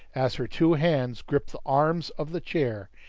as her two hands gripped the arms of the chair,